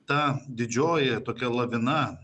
ta didžioji tokia lavina